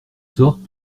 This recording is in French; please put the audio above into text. sortes